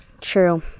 True